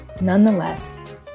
Nonetheless